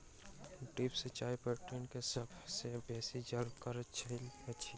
drip सिचाई पटौनी के सभ सॅ बेसी जल कार्यक्षम अछि